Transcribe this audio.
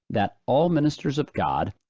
that all ministers of god,